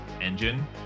engine